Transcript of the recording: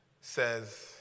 says